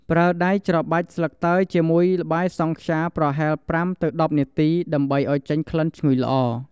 ប្រើដៃច្របាច់ស្លឹកតើយជាមួយល្បាយសង់ខ្យាប្រហែល ៥ ទៅ ១០ នាទី ដើម្បីឲ្យចេញក្លិនឈ្ងុយល្អ។